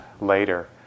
later